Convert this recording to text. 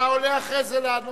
נסים זאב, אתה עולה אחרי זה לענות.